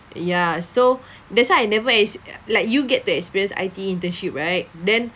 ya so that's why I never ex~ like you get to experience I_T_E internship right then